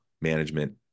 management